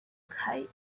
kite